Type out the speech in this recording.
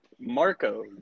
Marco